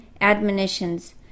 admonitions